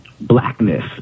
blackness